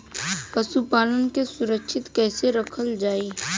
पशुपालन के सुरक्षित कैसे रखल जाई?